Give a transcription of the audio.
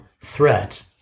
threat